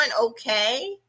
okay